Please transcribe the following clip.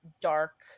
Dark